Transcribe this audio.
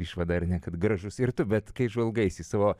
išvadą ar ne kad gražus ir tu bet kai žvalgais į savo